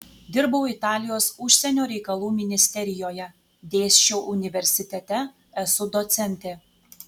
dirbau italijos užsienio reikalų ministerijoje dėsčiau universitete esu docentė